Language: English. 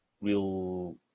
real